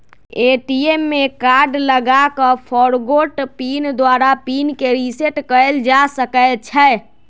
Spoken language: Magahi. ए.टी.एम में कार्ड लगा कऽ फ़ॉरगोट पिन द्वारा पिन के रिसेट कएल जा सकै छै